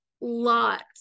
lots